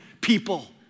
people